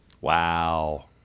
Wow